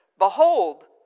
Behold